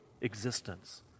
existence